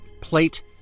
plate